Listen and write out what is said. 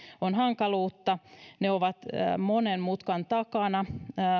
on hankaluutta hoitoonpääsy on monen mutkan takana